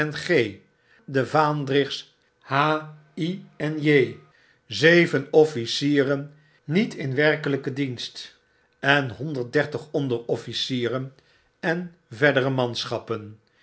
de vaandrigs h i en j zeven officieren niet in werkelijken dienst en honderddertig onderofficieren en verdere manschappen